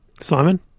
Simon